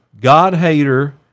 God-hater